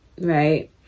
right